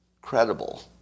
credible